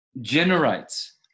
generates